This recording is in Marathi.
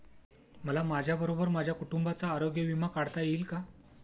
मला माझ्याबरोबर माझ्या कुटुंबाचा आरोग्य विमा काढता येईल का?